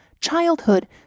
childhood